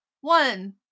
One